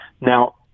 Now